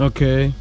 Okay